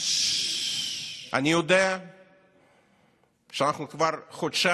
אין שקל אחד לצורכי